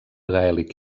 gaèlic